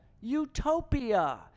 utopia